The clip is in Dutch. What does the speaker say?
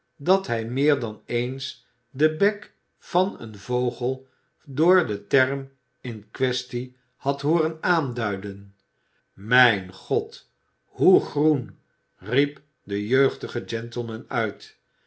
dat hij meer dan eens den bek van een vogel door de term in quaestie had hooren aanduiden mijn god hoe groen riep de jeugdige gentleman uit